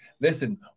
Listen